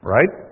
Right